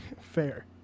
fair